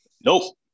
Nope